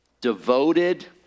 devoted